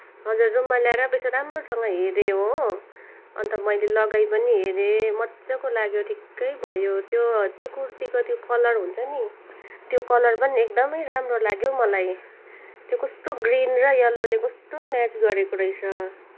हजुर रूममा ल्याएर पो यसो राम्रोसँग हेरेँ हो अन्त मैले लगाइ पनि हेरेँ मज्जाको लाग्यो ठिक्कै भयो त्यो त्यो कुर्तीको त्यो कलर हुन्छ नि त्यो कलर पनि एकदमै राम्रो लाग्यो हो मलाई त्यो कस्तो ग्रिन र यल्लोले कस्तो म्याच गरेको रहेछ